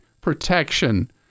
protection